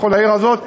בכל העיר הזאת,